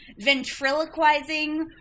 ventriloquizing